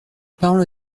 parole